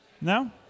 No